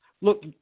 Look